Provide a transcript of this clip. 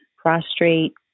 prostrate